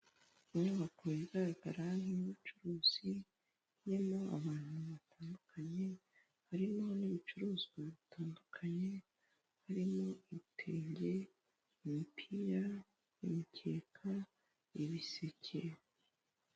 Inyubako igaragara nk'ubucuruzi irimo abantu batandukanye harimo n'ibicuruzwa bitandukanye, harimo ibitenge, imipira imikeka, ibiseke.